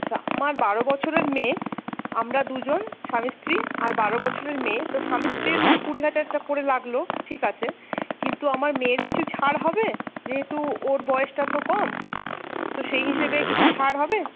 আচ্ছা আমার বারো বছরের মেয়ে আমরা দুজন স্বামী স্ত্রী আর বারো বছরের মেয়ে তো স্বামী স্ত্রীর কুড়ি হাজারটা করে লাগলো ঠিক আছে কিন্তু আমার মেয়ের কিছু ছাড় হবে যেহেতু ওর বয়সটা তো কম তো সেই হিসেবে কিছু ছাড় হবে